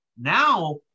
Now